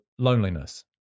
loneliness